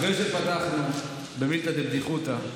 עכשיו, אחרי שפתחנו במילתא דבדיחותא,